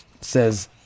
says